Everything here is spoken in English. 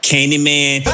Candyman